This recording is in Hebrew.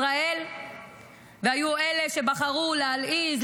ישראל והיו כאלה שבחרו להלעיז,